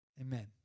Amen